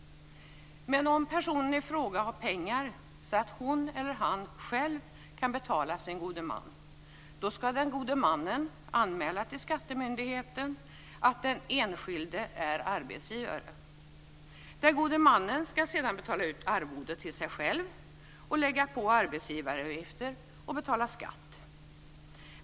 Men om personen i fråga har pengar, så att hon eller han själv kan betala sin gode man, ska gode mannen anmäla till skattemyndigheten att den enskilde är arbetsgivare. Gode mannen ska sedan betala ut arvode till sig själv, lägga på arbetsgivaravgifter och betala skatt.